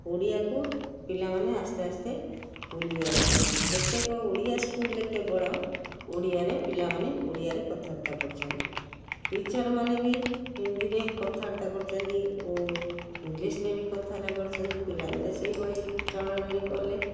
ଓଡ଼ିଆକୁ ପିଲାମାନେ ଆସ୍ତେ ଆସ୍ତେ ଭୁଲି ଯାଉଛନ୍ତି କେତେକ ଓଡ଼ିଆ ସ୍କୁଲରେ କେବଳ ଓଡ଼ିଆରେ ପିଲାମାନେ ଓଡ଼ିଆରେ କଥାବାର୍ତ୍ତା କରୁଛନ୍ତି ଟିଚର୍ ମାନେ ବି ହିନ୍ଦୀରେ କଥାବାର୍ତ୍ତା କରୁଛନ୍ତି ଇଂଲିଶରେ ବି କଥାବାର୍ତ୍ତା କରୁଛନ୍ତି ପିଲାମାନେ ସେଇଭଳି ଚଳଣିରେ କଲେ